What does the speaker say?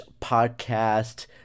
Podcast